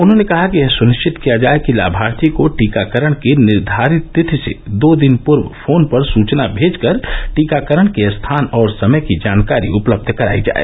उन्होंने कहा कि यह सुनिश्चित किया जाए कि लाभार्थी को टीकाकरण की निर्वारित तिथि से दो दिन पूर्व फोन पर सूचना भेजकर टीकाकरण के स्थान और समय की जानकारी उपलब्ध करायी जाए